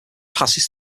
passes